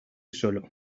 solo